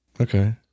Okay